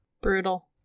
Brutal